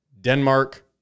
Denmark